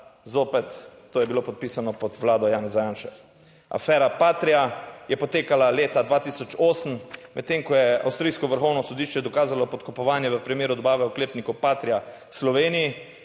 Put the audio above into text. Zopet, to je bilo podpisano pod vlado Janeza Janše. Afera Patria je potekala leta 2008, medtem ko je avstrijsko vrhovno sodišče dokazalo podkupovanje v primeru dobave oklepnikov patria Sloveniji,